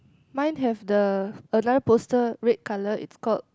mine have the another post red colour it's called